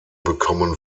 bekommen